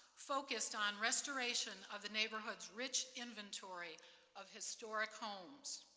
focused on restoration of the neighborhood's rich inventory of historic homes.